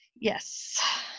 yes